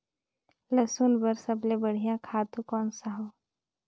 लसुन बार सबले बढ़िया खातु कोन सा हो?